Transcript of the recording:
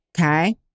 okay